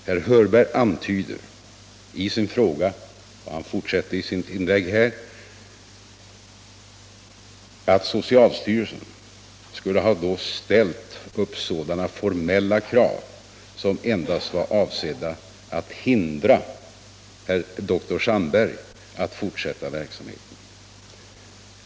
Herr Hörberg antyder att socialstyrelsen skulle ha ställt upp formella krav som endast var avsedda att hindra dr Sandberg att fortsätta verksamheten.